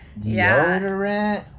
deodorant